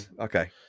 okay